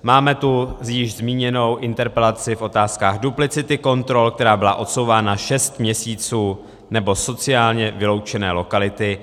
Máme tu již zmíněnou interpelaci v otázkách duplicity kontrol, která byla odsouvána šest měsíců, nebo sociálně vyloučené lokality.